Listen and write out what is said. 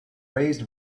raised